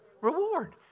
reward